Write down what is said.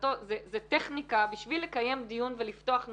זה טכניקה בשביל לקיים דיון ולפתוח נושא,